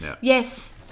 Yes